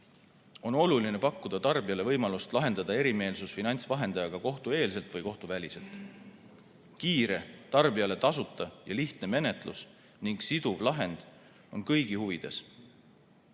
on oluline pakkuda tarbijale võimalust lahendada erimeelsus finantsvahendajaga kohtueelselt või kohtuväliselt. Kiire, tarbijale tasuta ja lihtne menetlus ning siduv lahend on kõigi huvides.